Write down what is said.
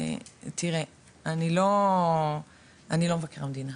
תראה אני לא מבקר המדינה,